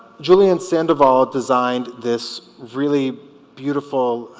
julian sandoval designed this really beautiful